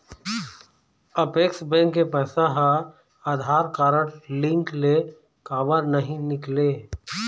Apex bank के पैसा हा आधार कारड लिंक ले काबर नहीं निकले?